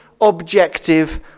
objective